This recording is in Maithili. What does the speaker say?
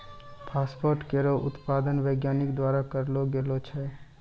फास्फेट केरो उत्पादन वैज्ञानिक द्वारा करलो गेलो छै